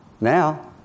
Now